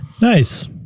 Nice